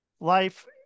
life